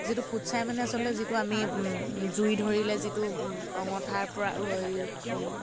যিটো ফুটছাঁই মানে আচলতে যিটো আমি জুই ধৰিলে যিটো অঙঠাৰ পৰা